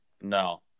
No